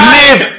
live